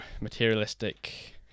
materialistic